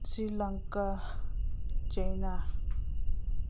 Sri Lanka China